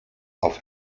auf